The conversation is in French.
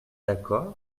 d’accord